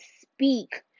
speak